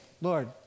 Lord